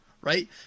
Right